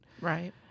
Right